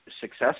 success